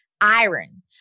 iron